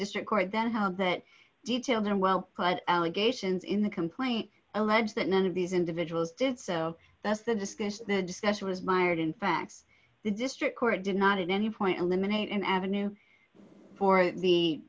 district court then how that detail then well but allegations in the complaint allege that none of these individuals did so that's the discus the discussion was mired in fact the district court did not at any point in the minute an avenue for the